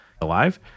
alive